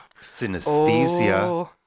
Synesthesia